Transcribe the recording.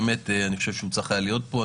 בהחלט חושב שהוא היה צריך להיות פה.